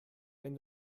wenn